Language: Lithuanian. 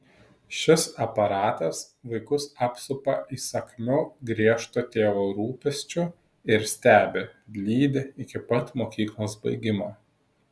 šis aparatas vaikus apsupa įsakmiu griežto tėvo rūpesčiu ir stebi lydi iki pat mokyklos baigimo